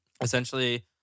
Essentially